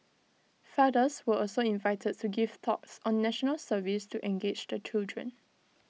fathers were also invited to give talks on National Service to engage the children